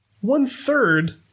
One-third